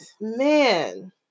Man